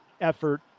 effort